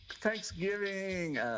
Thanksgiving